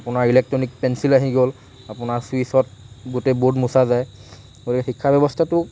আপোনাৰ electronic pencil আহি গ'ল আপোনাৰ ছুইচত গোটেই বৰ্ড মোচা যায় গতিকে শিক্ষা ব্যৱস্থাটো